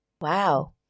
Wow